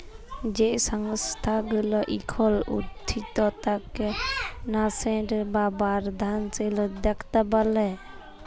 যেই সংস্থা গুলা এখল উঠতি তাকে ন্যাসেন্ট বা বর্ধনশীল উদ্যক্তা ব্যলে